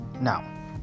Now